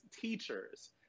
teachers